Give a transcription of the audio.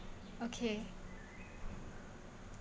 okay